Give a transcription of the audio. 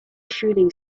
shooting